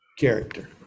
Character